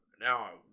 Now